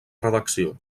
redacció